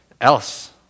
else